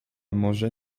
może